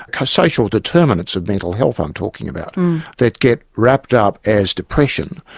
ah social determinates of mental health i'm talking about that get wrapped up as depression,